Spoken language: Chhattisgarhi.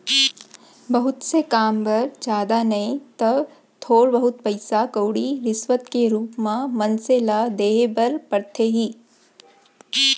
बहुत से काम बर जादा नइ तव थोर बहुत पइसा कउड़ी रिस्वत के रुप म मनसे ल देय बर परथे ही